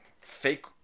Fake